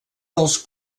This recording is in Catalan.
dels